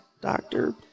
doctor